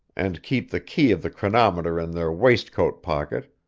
and keep the key of the chronometer in their waistcoat pocket,